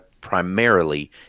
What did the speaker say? primarily